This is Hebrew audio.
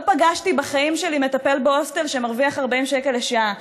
לא פגשתי בחיים שלי מטפל בהוסטל שמרוויח 40 שקל לשעה.